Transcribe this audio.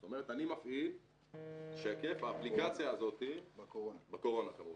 זאת אומרת, אני מפעיל, בקורונה כמובן,